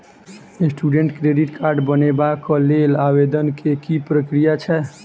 Student credit card बनेबाक लेल आवेदन केँ की प्रक्रिया छै?